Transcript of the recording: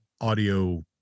audio